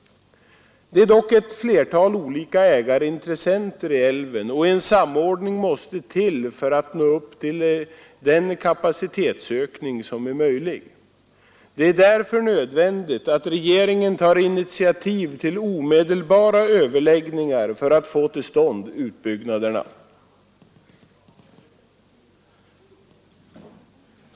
Det är dock ett flertal olika ägarintressenter i älven, och en samordning måste till för att nå upp till den kapacitetsökning som är möjlig. Det är därför nödvändigt att regeringen tar initiativ till omedelbara överläggningar för att få till stånd utbyggnaderna.